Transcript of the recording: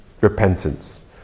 repentance